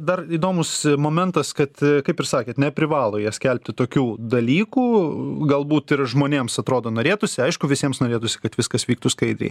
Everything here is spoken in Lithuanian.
dar įdomus momentas kad kaip ir sakėt neprivalo jie skelbti tokių dalykų galbūt ir žmonėms atrodo norėtųsi aišku visiems norėtųsi kad viskas vyktų skaidriai